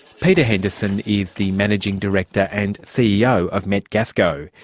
peter henderson is the managing director and ceo of metgasco.